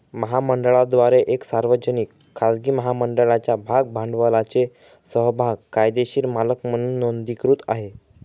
महामंडळाद्वारे एक सार्वजनिक, खाजगी महामंडळाच्या भाग भांडवलाचे समभाग कायदेशीर मालक म्हणून नोंदणीकृत आहे